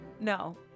no